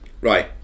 right